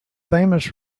famous